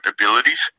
abilities